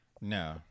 No